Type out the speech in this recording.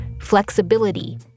Flexibility